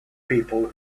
people